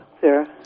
Sarah